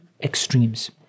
extremes